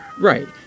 Right